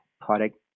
product